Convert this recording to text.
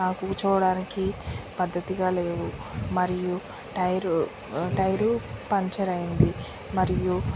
ఆ కూర్చోవడానికి పద్ధతిగా లేవు మరియు టైరు ఆ టైరు పంచర్ అయ్యింది మరియు